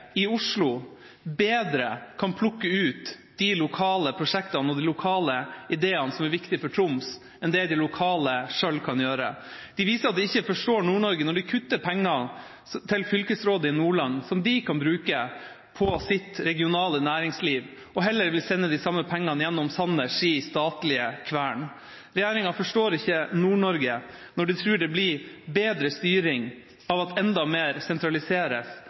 i Oslo bedre kan plukke ut de lokale prosjektene og de lokale ideene som er viktige for Troms, enn det de lokale selv kan gjøre. De viser at de ikke forstår Nord-Norge når de kutter penger til Fylkesrådet i Nordland som de kan bruke på sitt regionale næringsliv, og heller vil sende de samme pengene gjennom Sanners statlige kvern. Regjeringa forstår ikke Nord-Norge når de tror det blir bedre styring av at enda mer sentraliseres,